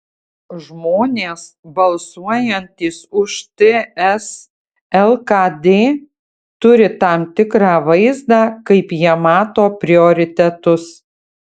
žmonės balsuojantys už ts lkd turi tam tikrą vaizdą kaip jie mato prioritetus